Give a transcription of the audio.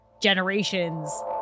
generations